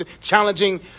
challenging